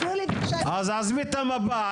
אז עזבי את המפה,